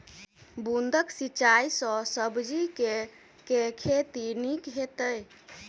बूंद कऽ सिंचाई सँ सब्जी केँ के खेती नीक हेतइ?